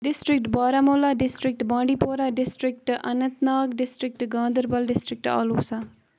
district Baramulla district Bandipora district Anantnag district Ganderbal district آلوسا